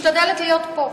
אני משתדלת להיות פה.